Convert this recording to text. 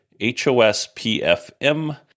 HOSPFM